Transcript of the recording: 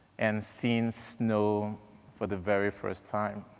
and seeing snow for the very first time.